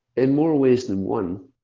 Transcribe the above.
in more ways than one